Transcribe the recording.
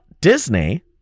Disney